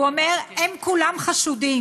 הוא אומר: הם כולם חשודים.